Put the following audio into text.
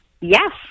Yes